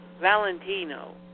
Valentino